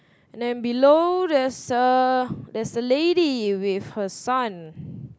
and then below there's a there's a lady with her son